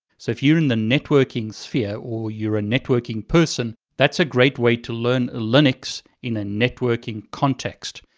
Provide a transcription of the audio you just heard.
so if you're in the networking sphere, or you're a networking person, that's a great way to learn linux in a networking context.